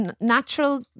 natural